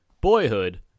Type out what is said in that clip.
Boyhood